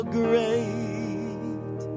great